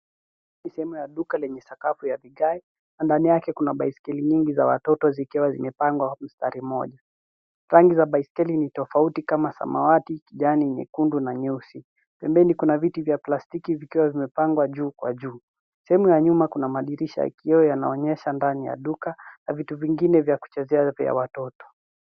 Ni sehemu ya duka lenye sakafu ya vigae na ndani yake kuna baiskeli nyingi za watoto zikiwa zimepangwa mstari mmoja. Rangi za baiskeli ni tofauti kama samawati, kijani, nyekundu na nyeusi. Pembeni kuna viti vya plastiki vikiwa vimepangwa juu kwa juu. Sehemu ya nyuma kuna madirisha ya kioo yanayoonyesha ndani ya duka na vitu vingine vya kuchezea vya watoto.